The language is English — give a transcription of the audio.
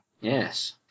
Yes